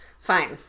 Fine